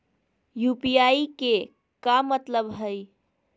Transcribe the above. UPI के का मतलब हई?